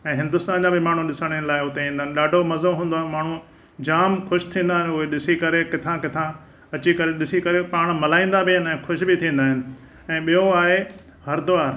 ऐं हिंदुस्तान जा बि माण्हू ॾिसण लाइ हुते ईंदा आहिनि ॾाढो मज़ो हूंदो आहे माण्हू जाम ख़ुशि थींदा आहिनि उहे ॾिसी करे किथां किथां अची करे ॾिसी करे पाण मल्हाईंदा बि आहिनि ऐं ख़ुशि बि थींदा आहिनि ऐं ॿियो आहे हरिद्वार